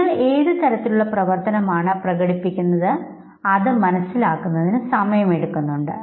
നിങ്ങൾ ഏതു തരത്തിലുള്ള പ്രവർത്തനമാണ് പ്രകടിപ്പിക്കുന്നത് അത് മനസ്സിലാക്കുന്നതിനു സമയം എടുക്കുന്നുണ്ട്